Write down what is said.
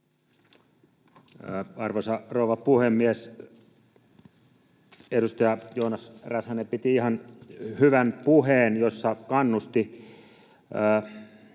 Arvoisa rouva puhemies! Edustaja Joona Räsänen piti ihan hyvän puheen, jossa kannusti